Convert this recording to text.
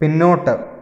പിന്നോട്ട്